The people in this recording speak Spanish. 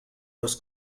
los